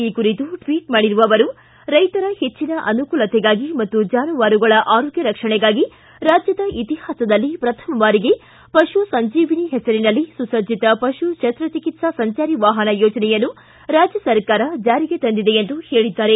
ಈ ಕುರಿತು ಟ್ಟಿಬ್ ಮಾಡಿರುವ ಅವರು ರೈತರ ಹೆಚ್ಚಿನ ಅನುಕೂಲತೆಗಾಗಿ ಮತ್ತು ಜಾನುವಾರುಗಳ ಆರೋಗ್ಯ ರಕ್ಷಣೆಗಾಗಿ ರಾಜ್ಯದ ಇತಿಹಾಸದಲ್ಲೇ ಪ್ರಥಮ ಬಾರಿಗೆ ಪಶುಸಂಜೀವಿನಿ ಹೆಸರಿನಲ್ಲಿ ಸುಸಜ್ಜಿತ ಪಶು ಶಸ್ತಚಿಕಿತ್ಸಾ ಸಂಜಾರಿ ವಾಹನ ಯೋಜನೆಯನ್ನು ರಾಜ್ಯಸರ್ಕಾರ ಜಾರಿಗೆ ತಂದಿದೆ ಎಂದು ಹೇಳಿದ್ದಾರೆ